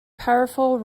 powerful